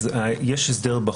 בחוק יש הסדר.